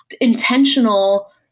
Intentional